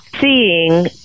seeing